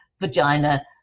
Vagina